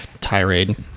tirade